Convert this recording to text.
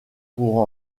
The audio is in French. pour